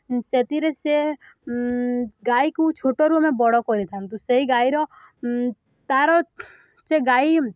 ସେଥିରେ ସେ ଗାଈକୁ ଛୋଟରୁ ଆମେ ବଡ଼ କରିଥାନ୍ତୁ ସେଇ ଗାଈର ତା'ର ସେ ଗାଈ